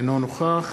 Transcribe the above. אינו נוכח